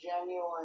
genuine